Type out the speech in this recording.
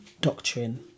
doctrine